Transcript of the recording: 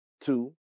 two